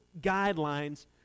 guidelines